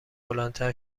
بلندتر